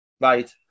right